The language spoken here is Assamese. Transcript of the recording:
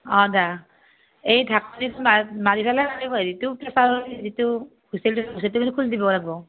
অঁ দে এই ঢাকনিটো মাৰি মাৰি ফেলে প্ৰেচাৰৰ যিটো হুইচেলটো খুলি দিব লাগিব